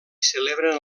celebren